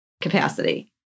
capacity